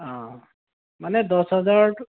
অঁ মানে দহহাজাৰটো